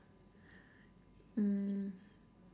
mm